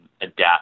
adapt